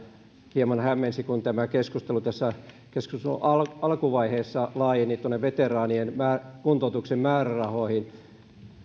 hieman hämmensi kun tämä keskustelu tässä keskustelun alkuvaiheessa laajeni tuonne veteraanien kuntoutuksen määrärahoihin